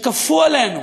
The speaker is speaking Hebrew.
שכפו עלינו